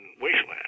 wasteland